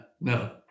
No